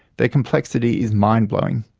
their complexity is mind-blowing.